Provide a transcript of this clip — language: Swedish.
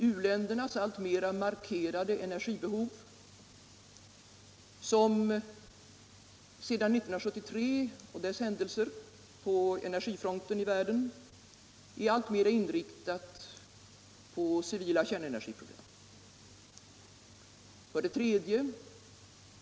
U-ländernas allt mera markerade energibehov, som sedan händelserna 1973 på energifronten i världen är alltmera inriktat på civila kärnenergiprogram. 3.